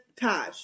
Taj